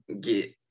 get